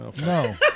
No